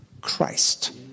Christ